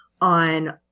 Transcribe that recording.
On